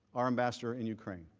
our ambassador in ukraine.